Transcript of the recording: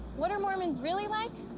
what are mormons really like?